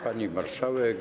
Pani Marszałek!